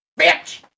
Bitch